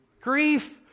grief